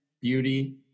beauty